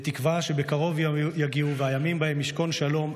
בתקווה שבקרוב יגיעו הימים שבהם ישכנו שלום,